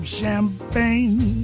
champagne